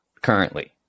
currently